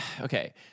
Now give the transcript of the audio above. Okay